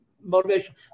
motivation